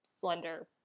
slender